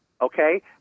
Okay